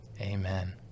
Amen